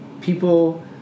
people